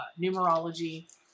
numerology